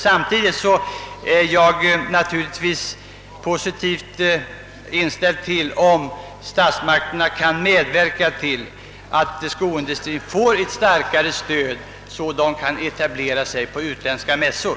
Samtidigt är jag naturligtvis tacksam för om statsmakterna kan medverka till att skoindustrin får ett starkare stöd, så att den kan delta i utländska mässor.